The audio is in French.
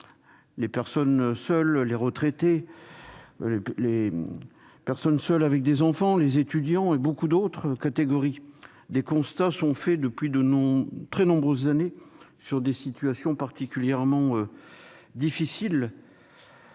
les personnes seules, les retraités, les personnes seules avec enfants, les étudiants, ainsi que beaucoup d'autres catégories. Des constats sont dressés, depuis de très nombreuses années, sur l'existence de situations particulièrement difficiles,